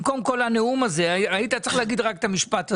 במקום כל הנאום הזה היית צריך להגיד רק את המשפט הזה.